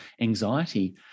anxiety